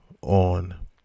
on